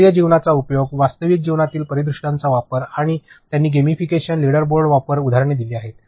सक्रिय जीवनाचा उपयोग वास्तविक जीवनातील परिदृश्यांचा वापर आणि त्यांनी गेमिफिकेशन लीडर बोर्डिंग वापर उदाहरणे दिली आहेत